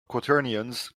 quaternions